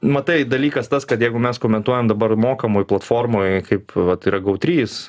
matai dalykas tas kad jeigu mes komentuojam dabar mokamoj platformoj kaip vat yra go trys